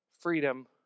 freedom